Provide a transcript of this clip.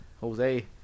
Jose